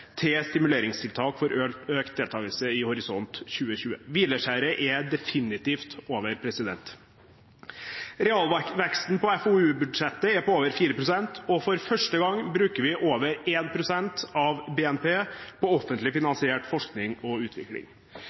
til stimuleringstiltak for økt deltakelse i Horisont 2020. Hvileskjæret er definitivt over. Realveksten på FoU-budsjettet er på over 4 pst., og for første gang bruker vi over 1 pst. av BNP på offentlig finansiert forskning og utvikling.